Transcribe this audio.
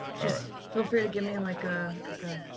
feel free to give me like a like ah